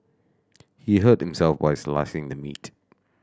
he hurt himself while slicing the meat